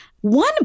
One